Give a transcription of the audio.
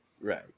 right